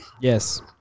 Yes